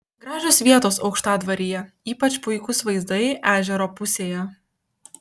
gražios vietos aukštadvaryje ypač puikūs vaizdai ežero pusėje